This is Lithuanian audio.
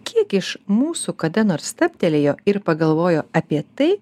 kiek iš mūsų kada nors stabtelėjo ir pagalvojo apie tai